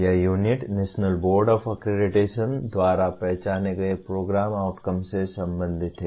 यह unit national board of accreditation द्वारा पहचाने गए प्रोग्राम आउटकम्स से संबंधित है